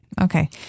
Okay